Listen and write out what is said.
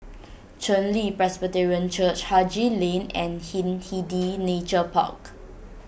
Chen Li Presbyterian Church Haji Lane and Hindhede Nature Park